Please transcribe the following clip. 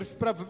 para